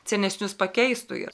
senesnius pakeistų ir